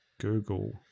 Google